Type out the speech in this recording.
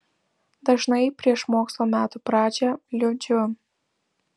dažnai prieš mokslo metų pradžią liūdžiu